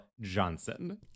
Johnson